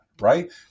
right